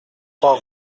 trois